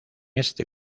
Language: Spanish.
este